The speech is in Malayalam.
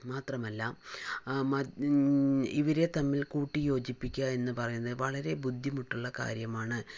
മാത്രമല്ല ഇവരെ തമ്മിൽ കൂട്ടിയോജിപ്പിക്കുക എന്ന് പറയുന്നത് വളരെ ബുദ്ധിമുട്ടുള്ള കാര്യമാണ്